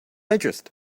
interest